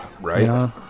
Right